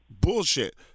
Bullshit